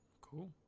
Cool